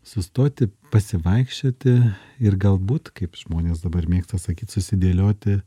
sustoti pasivaikščioti ir galbūt kaip žmonės dabar mėgsta sakyti susidėlioti